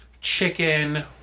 chicken